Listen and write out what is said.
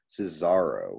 Cesaro